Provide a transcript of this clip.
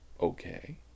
okay